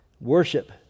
Worship